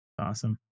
Awesome